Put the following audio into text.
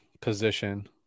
position